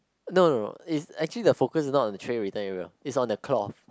no no no is actually the focus is not on the tray return area is on the cloth